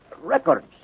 Records